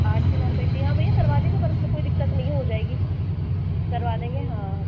आठ से नौ पेटियाँ हाँ भैया करवा देंगे बल्क में कोई दिक्कत नहीं है हो जाएगी करवा देंगे हाँ हाँ